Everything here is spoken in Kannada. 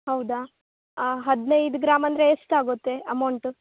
ಹೌದಾ ಹದಿನೈದು ಗ್ರಾಮ್ ಅಂದರೆ ಎಷ್ಟಾಗುತ್ತೆ ಅಮೌಂಟ್